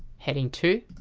heading two